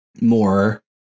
more